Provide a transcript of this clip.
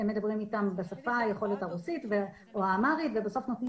הם מדברים אתם בשפה הרוסית או האמהרית וסוף נותנים